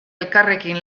elkarrekin